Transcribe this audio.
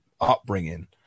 upbringing